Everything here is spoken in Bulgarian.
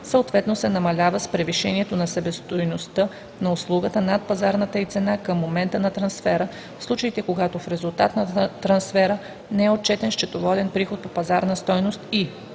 съответно се намалява с превишението на себестойността на услугата над пазарната й цена към момента на трансфера, в случаите когато в резултат на трансфера не е отчетен счетоводен приход по пазарна стойност и: